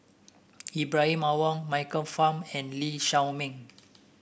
Ibrahim Awang Michael Fam and Lee Shao Meng